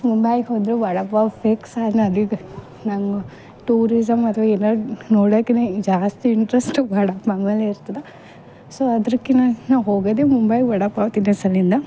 ಮುಂಬಾಯ್ಗೆ ಹೋದ್ರೆ ವಡಪಾವ್ ಫಿಕ್ಸ್ ಅನ್ನೋದಿದೆ ನಮ್ಮ ಟೂರಿಸಮ್ ಅಥ್ವ ಏನಾರು ನೋಡಕಿನ ಜಾಸ್ತಿ ಇಂಟ್ರೆಸ್ಟು ವಡಾಪಾವ್ ಮೇಲೆ ಇರ್ತದೆ ಸೊ ಅದ್ರಕಿನಾ ನಾ ಹೋಗದೆ ಮುಂಬಾಯ್ ವಡಾಪಾವ್ ತಿನ್ನೋಸಲಿಂದ